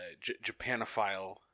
Japanophile